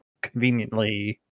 conveniently